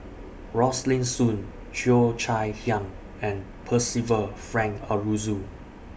Rosaline Soon Cheo Chai Hiang and Percival Frank Aroozoo